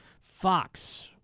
Fox